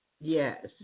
Yes